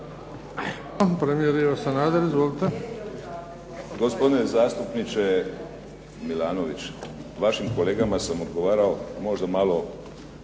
Izvolite. **Sanader, Ivo (HDZ)** Gospodine zastupniče Milanović, vašim kolegama sam odgovarao možda malo